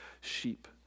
sheep